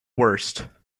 worst